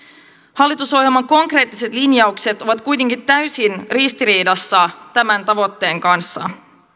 hallitusohjelman konkreettiset linjaukset ovat kuitenkin täysin ristiriidassa tämän tavoitteen kanssa